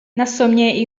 nasomye